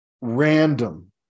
random